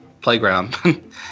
playground